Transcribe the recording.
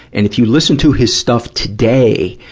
and if you listen to his stuff today,